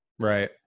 Right